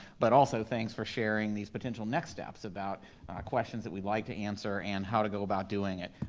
but also thanks for sharing these potential next steps about questions that we'd like to answer and how to go about doing it.